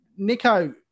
Nico